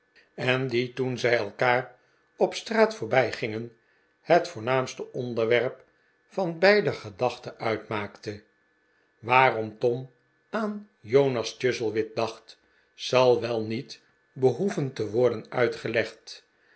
en die toen zij elkaar op straat voorbijgingen het voornaamste onderwerp van beider gedachten uitmaakte waarom tom aan jonas chuzzlewit dacht zal wel niet behoeven te worden uitgelegd